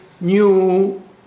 new